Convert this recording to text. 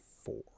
four